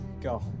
go